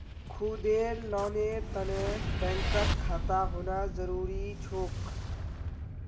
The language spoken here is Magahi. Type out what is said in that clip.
खुदेर लोनेर तने बैंकत खाता होना जरूरी छोक